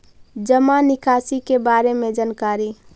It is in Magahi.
जामा निकासी के बारे में जानकारी?